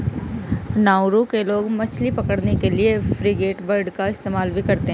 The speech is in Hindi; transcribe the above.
नाउरू के लोग मछली पकड़ने के लिए फ्रिगेटबर्ड का इस्तेमाल भी करते हैं